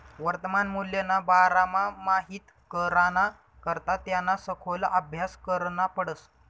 वर्तमान मूल्यना बारामा माहित कराना करता त्याना सखोल आभ्यास करना पडस